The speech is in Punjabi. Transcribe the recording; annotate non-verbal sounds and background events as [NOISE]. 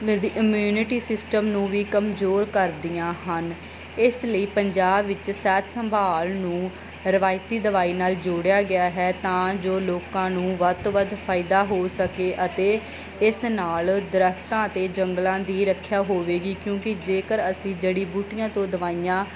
[UNINTELLIGIBLE] ਇਮਿਊਨਿਟੀ ਸਿਸਟਮ ਨੂੰ ਵੀ ਕਮਜ਼ੋਰ ਕਰਦੀਆਂ ਹਨ ਇਸ ਲਈ ਪੰਜਾਬ ਵਿੱਚ ਸਿਹਤ ਸੰਭਾਲ ਨੂੰ ਰਵਾਇਤੀ ਦਵਾਈ ਨਾਲ ਜੋੜਿਆ ਗਿਆ ਹੈ ਤਾਂ ਜੋ ਲੋਕਾਂ ਨੂੰ ਵੱਧ ਤੋਂ ਵੱਧ ਫਾਇਦਾ ਹੋ ਸਕੇ ਅਤੇ ਇਸ ਨਾਲ ਦਰਖਤਾਂ ਅਤੇ ਜੰਗਲਾਂ ਦੀ ਰੱਖਿਆ ਹੋਵੇਗੀ ਕਿਉਂਕਿ ਜੇਕਰ ਅਸੀਂ ਜੜੀ ਬੂਟੀਆਂ ਤੋਂ ਦਵਾਈਆਂ